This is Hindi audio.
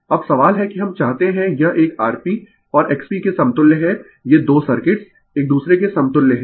अब सवाल है कि हम चाहते है यह एक Rp और XP के समतुल्य है ये 2 सर्किट्स एक दूसरे के समतुल्य है